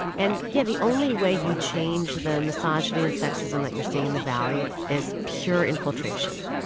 and yeah the only way you change the misogyny and sexism that you're seeing in the valley is pure infiltration.